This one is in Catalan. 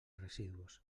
residus